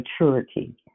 maturity